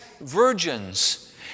virgins